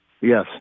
yes